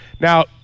now